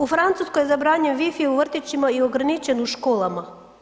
U Francuskoj je zabranjen wi fi u vrtićima i ograničen u školama.